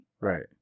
Right